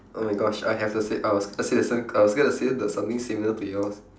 oh my gosh I have the same I was I say the sam~ I was going to say that's something similar to yours